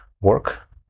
work